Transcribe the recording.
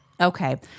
Okay